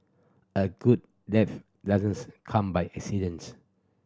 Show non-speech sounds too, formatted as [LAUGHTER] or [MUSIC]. a good death [UNINTELLIGIBLE] come by accidence